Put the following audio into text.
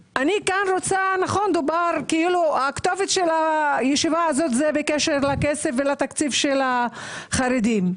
דובר על כך שהישיבה הזאת היא על התקציב של החרדים,